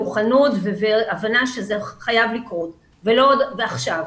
מוכנות והבנה שזה חייב לקרות ועכשיו.